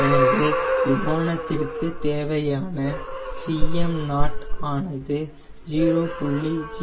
எனவே விமானத்திற்கு தேவையான Cm0 ஆனது 0